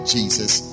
Jesus